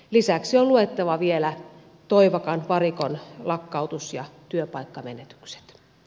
lisäksi on luettava vielä toivakan varikon lakkautus ja työpaikkamenetykset